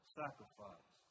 sacrifice